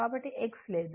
కాబట్టి X లేదు